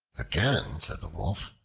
again said the wolf,